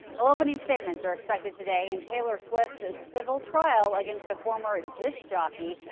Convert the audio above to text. opening statements are expected today in taylor swift's civil trial against a former disc jockey.